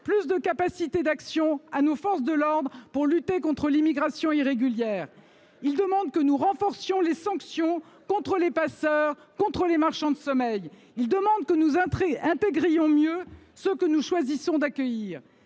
plus de capacités d’action à nos forces de l’ordre, pour lutter contre l’immigration irrégulière. Ils demandent que nous renforcions les sanctions contre les passeurs et les marchands de sommeil. Ils demandent que nous intégrions mieux ceux que nous choisissons d’accueillir.